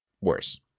Worse